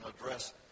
address